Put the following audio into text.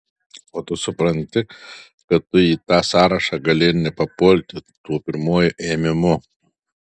o tu supranti kad tu į tą sąrašą gali ir nepapulti tuo pirmuoju ėmimu